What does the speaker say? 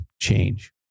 Change